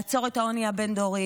לעצור את העוני הבין-דורי,